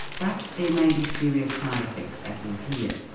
but there may be serious side effects, as we'll hear.